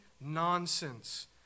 nonsense